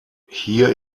hier